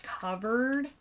covered